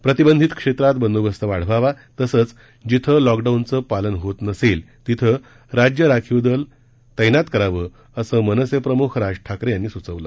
प्रतिबंधित क्षेत्रात बंदोबस्त वाढवावा तसंच जिथे लॉकडाऊनचं पालन होत नसेल तिथे राज्य राखीव दल तैनात करावं असं मनसे प्रमुख राज ठाकरे यांनी सुचवलं